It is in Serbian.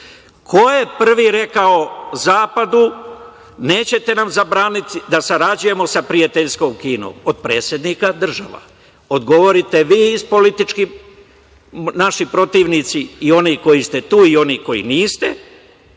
Ko je prvi rekao zapadu – nećete nam zabraniti da sarađujemo sa prijateljskom Kinom, od predsednika država? Odgovorite vi naši protivnici i oni koji ste tu i oni koji niste,